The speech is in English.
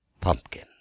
pumpkin